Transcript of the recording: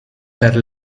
per